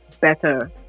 better